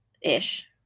ish